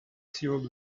sealed